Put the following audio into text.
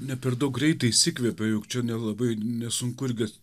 ne per daug greitai išsikvėpė juk čia nelabai nesunku irgi